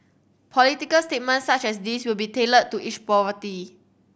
political statements such as these will be tailored to each property